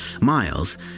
Miles